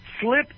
slip